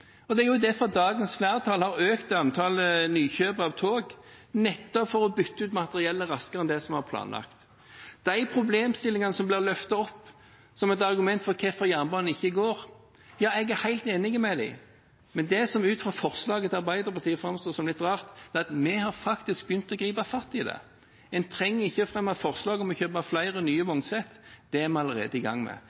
og det er jo derfor dagens flertall har økt antall nykjøp av tog – nettopp for å bytte ut materiellet raskere enn det som var planlagt. De problemstillingene som blir løftet opp som et argument for hvorfor jernbanen ikke går, er jeg helt enig i. Men det som ut fra forslagene til Arbeiderpartiet og Senterpartiet framstår som litt rart, er at vi faktisk har begynt å gripe fatt i det. En trenger ikke fremme forslag om å kjøpe flere nye vognsett, det er vi allerede i gang med.